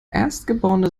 erstgeborene